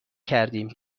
کردیم